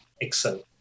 excel